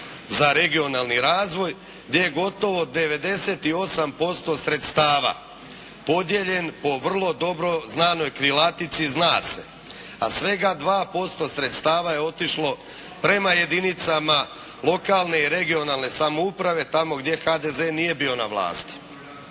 za regionalni razvoj gdje je gotovo 98% sredstava podijeljen po vrlo dobroj znanoj krilatici "zna se", a svega 2% sredstava je otišlo prema jedinicama lokalne i regionalne samouprave, tamo gdje HDZ nije bio na vlasti.